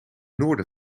noorden